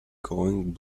going